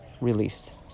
released